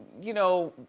you know,